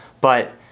But-